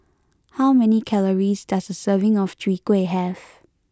how many calories does a serving of Chwee Kueh have